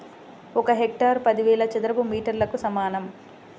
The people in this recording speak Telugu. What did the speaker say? ఒక హెక్టారు పదివేల చదరపు మీటర్లకు సమానం